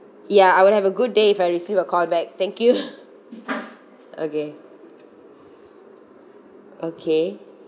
ya I would have a good day if I receive a call back thank you okay okay